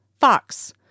Fox